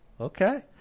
Okay